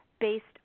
based